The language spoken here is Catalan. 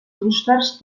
clústers